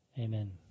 amen